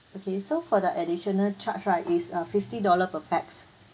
okay so for the additional charge right is uh fifty dollar per pax